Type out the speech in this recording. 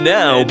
now